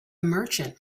merchant